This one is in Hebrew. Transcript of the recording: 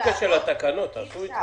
זה בלי שום קשר לתקנות, תעשו את זה.